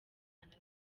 canada